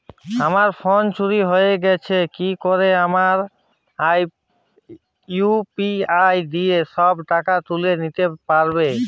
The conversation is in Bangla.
আমার ফোন চুরি হয়ে গেলে কি কেউ আমার ইউ.পি.আই দিয়ে সব টাকা তুলে নিতে পারবে?